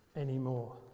anymore